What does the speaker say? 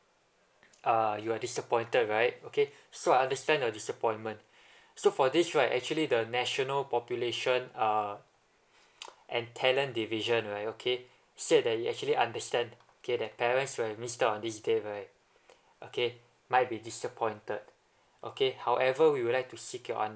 uh you are disappointed right okay so I understand your disappointment so for this right actually the national population uh and talent division right okay said that he actually understand okay that parents will missed out on this day right okay might be disappointed okay however we would like to seek your un